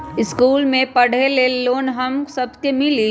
इश्कुल मे पढे ले लोन हम सब के मिली?